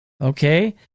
Okay